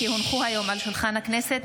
כי הונחו היום על שולחן הכנסת,